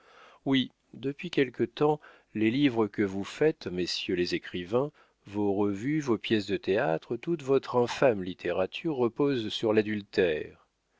oui depuis quelque temps les livres que vous faites messieurs les écrivains vos revues vos pièces de théâtre toute votre infâme littérature repose sur l'adultère